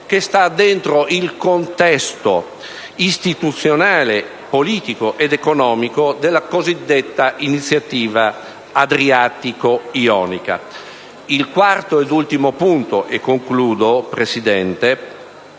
che sta dentro il contesto istituzionale, politico ed economico della cosiddetta iniziativa adriatico-ionica. L'ultimo punto concerne